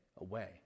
away